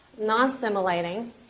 non-stimulating